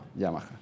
Yamaha